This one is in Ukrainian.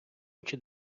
очі